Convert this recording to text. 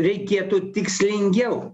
reikėtų tikslingiau